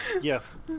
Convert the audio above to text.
Yes